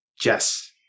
Jess